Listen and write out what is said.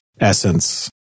essence